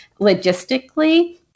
logistically